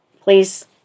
please